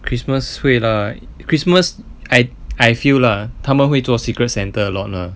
christmas 会 lah christmas I I feel lah 他们会做 secret santa a lot lah